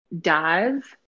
Dive